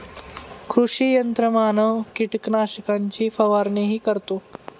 कृषी यंत्रमानव कीटकनाशकांची फवारणीही करतो